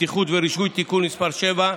(בטיחות ורישוי) (תיקון מס' 7),